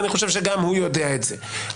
ואני חושב שגם הוא יודע את זה,